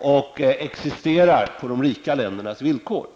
och existerar på de rika ländernas villkor.